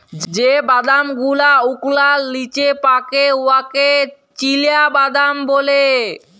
যে বাদাম গুলা ওকলার লিচে পাকে উয়াকে চিলাবাদাম ব্যলে